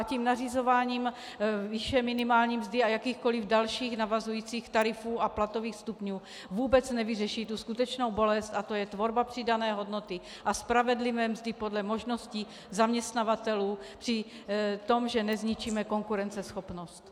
A tím nařizováním výše minimální mzdy a jakýchkoliv dalších navazujících tarifů a platových stupňů, to vůbec nevyřeší tu skutečnou bolest a tou je tvorba přidané hodnoty a spravedlivé mzdy podle možností zaměstnavatelů při tom, že nezničíme konkurenceschopnost.